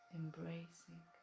embracing